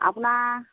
আপোনাৰ